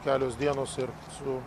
kelios dienos ir su